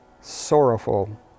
sorrowful